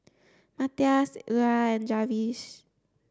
Matthias Lola and Jarvis